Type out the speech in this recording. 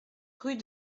rue